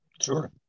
Sure